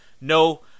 no